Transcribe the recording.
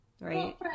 right